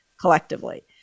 collectively